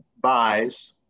buys